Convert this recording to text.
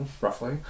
roughly